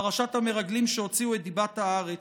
פרשת המרגלים שהוציאו את דיבת הארץ.